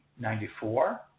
94